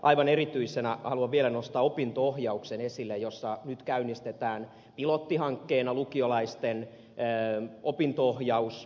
aivan erityisenä haluan vielä nostaa esille opinto ohjauksen jossa nyt käynnistetään pilottihankkeena lukiolaisten opinto ohjaus